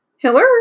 Hiller